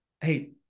hey